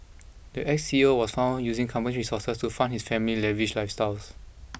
the ex C E O was found using company resources to fund his family lavish lifestyles